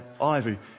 ivy